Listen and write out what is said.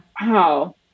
Wow